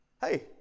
Hey